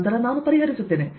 ನಂತರ ನಾನು ಪರಿಹರಿಸುತ್ತೇನೆ